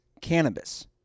Cannabis